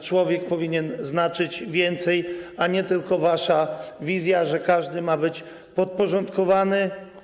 Człowiek powinien znaczyć więcej, a nie może to być tylko wasza wizja, że każdy ma być podporządkowany.